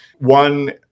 One